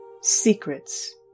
Secrets